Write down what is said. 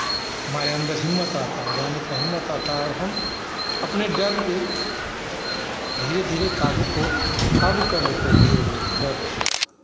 हमारे अन्दर हिम्मत आता है गाने का हिम्मत आता है और हम अपने डर से धीरे धीरे काबू को काबू कर लेते हैं धीरे धीरे डर